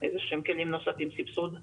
כלים נוספים כמו סבסוד.